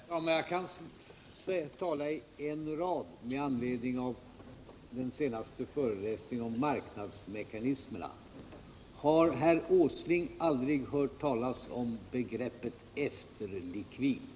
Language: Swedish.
Herr talman! Jag kan begränsa mig till en enda mening med anledning av den senaste föreläsningen om marknadsmekanismerna: Har herr Åsling aldrig hört talas om begreppet efterlikvid?